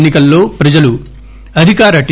ఎన్ని కల్లో ప్రజలు అధికార టి